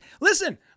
Listen